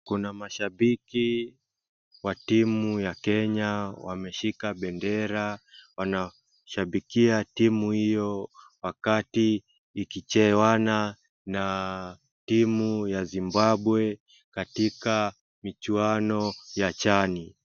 Kuna mashabiki wa timu ya Kenya wameshika bendera wanashabikia timu hio wakati ikicheuwana na timu ya Zimbabwe katika michuano ya Chani.